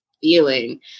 feeling